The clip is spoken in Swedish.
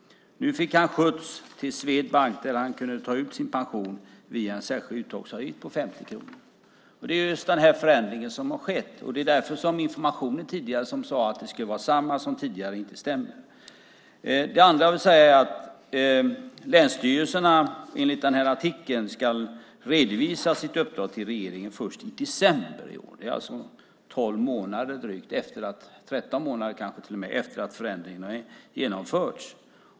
Nu får han skjuts till Swedbank där han kan ta ut sin pension och betala en särskild uttagsavgift på 50 kronor. Det är just den här förändringen som har skett. Det är därför som informationen om att det skulle vara samma service som tidigare inte stämmer. Det andra som jag vill säga är att länsstyrelserna enligt artikeln ska redovisa sitt uppdrag till regeringen den 1 december i år. Det är alltså 13 månader efter det att förändringarna genomfördes.